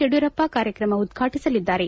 ಯಡಿಯೂರಪ್ಪ ಕಾರ್ಯಕ್ರಮ ಉದ್ಘಾಟಿಸಲಿದ್ದಾರೆ